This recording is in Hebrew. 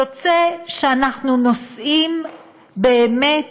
יוצא שאנחנו נושאים באמת